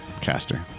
caster